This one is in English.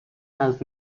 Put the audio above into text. has